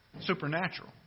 supernatural